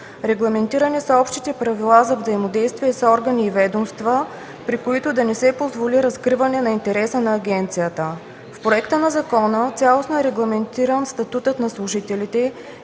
Регламентирани са общите правила за взаимодействие с органи и ведомства, при които да не се позволи разкриване на интереса на агенцията. В Проекта на закон цялостно е регламентиран статутът на служителите,